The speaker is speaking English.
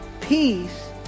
peace